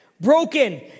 broken